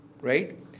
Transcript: Right